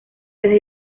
desde